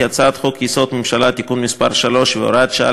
כי הצעת חוק-יסוד: הממשלה (תיקון מס' 3 והוראת שעה